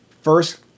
first